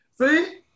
See